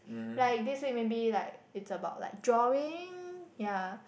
like this week maybe like it's about like drawing ya